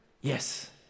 Yes